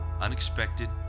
Unexpected